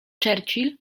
churchill